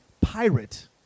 pirate